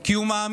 כי הוא מאמין